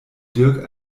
dirk